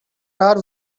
are